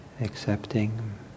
accepting